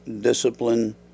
discipline